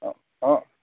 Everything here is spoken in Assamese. অঁ অঁ